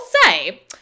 say